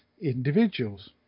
individuals